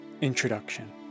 Introduction